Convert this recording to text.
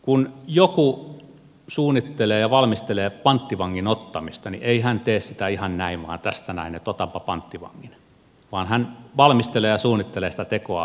kun joku suunnittelee ja valmistelee panttivangin ottamista niin ei hän tee sitä ihan näin vain tästä näin että otanpa panttivangin vaan hän valmistelee ja suunnittelee sitä tekoa hyvin pitkään